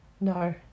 No